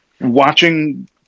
Watching